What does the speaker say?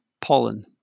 pollen